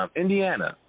Indiana